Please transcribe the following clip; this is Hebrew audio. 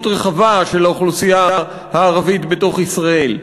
רחבה של האוכלוסייה הערבית בתוך ישראל,